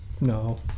No